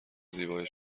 زیبای